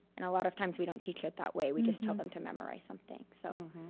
and a lot of times we don't teach it that way. we just taught them to memorize something. so